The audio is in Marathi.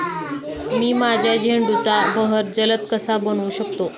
मी माझ्या झेंडूचा बहर जलद कसा बनवू शकतो?